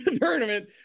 tournament